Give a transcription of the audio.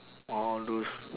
all those